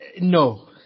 No